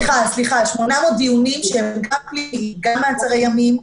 סליחה, 800 דיונים שהם גם מעצרי ימים,